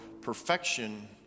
perfection